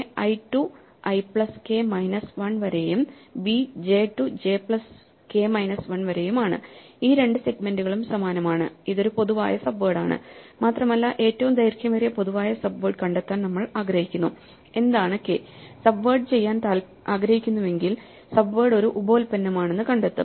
a i to i plus k minus 1 വരെയും b j to j plus k minus 1 വരെയുമാണ് ഈ രണ്ട് സെഗ്മെന്റുകളും സമാനമാണ് ഇതൊരു പൊതുവായ സബ്വേഡാണ് മാത്രമല്ല ഏറ്റവും ദൈർഘ്യമേറിയ പൊതുവായ സബ്വേഡ് കണ്ടെത്താൻ നമ്മൾ ആഗ്രഹിക്കുന്നു എന്താണ് കെ സബ്വേഡ് ചെയ്യാൻ ആഗ്രഹിക്കുന്നുവെങ്കിൽ സബ്വേഡ് ഒരു ഉപോൽപ്പന്നമാണെന്ന് കണ്ടെത്തും